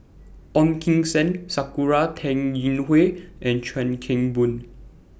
Ong Kim Seng Sakura Teng Ying Hua and Chuan Keng Boon